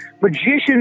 magician's